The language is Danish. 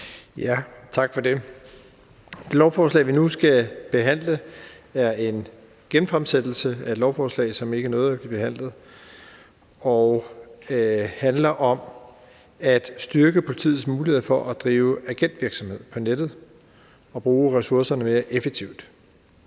(S): Tak for det. Det lovforslag, vi nu skal behandle, er en genfremsættelse af et lovforslag, som ikke nåede at blive behandlet. Det handler om at styrke politiets muligheder for at drive agentvirksomhed på nettet og bruge ressourcerne mere effektivt.